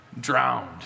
drowned